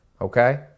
okay